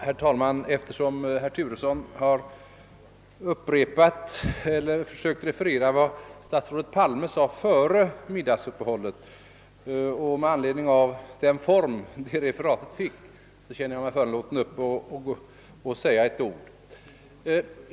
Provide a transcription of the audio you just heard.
Herr talman! Med anledning av att herr Turesson har refererat vad statsrådet Palme sade före middagsuppehållet och den form som referatet fick känner jag mig föranlåten att gå upp och säga några ord.